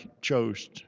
chose